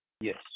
Yes